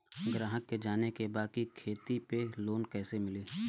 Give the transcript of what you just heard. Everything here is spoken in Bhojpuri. ग्राहक के जाने के बा की खेती पे लोन कैसे मीली?